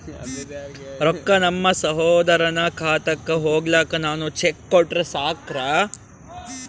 ರೊಕ್ಕ ನಮ್ಮಸಹೋದರನ ಖಾತಕ್ಕ ಹೋಗ್ಲಾಕ್ಕ ನಾನು ಚೆಕ್ ಕೊಟ್ರ ಸಾಕ್ರ?